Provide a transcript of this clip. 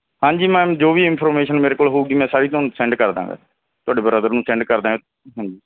ਹਾਂਜੀ ਮੈਮ ਜੋ ਵੀ ਇਨਫੋਰਮੇਸ਼ਨ ਮੇਰੇ ਕੋਲ ਹੋਊਗੀ ਮੈਂ ਸਾਰੀ ਤੁਹਾਨੂੰ ਸੈਂਡ ਕਰਦਾਂਗਾ ਤੁਹਾਡੇ ਬ੍ਰਦਰ ਨੂੰ ਸੈਂਡ ਕਰਦਾਂਗਾ ਹਾਂਜੀ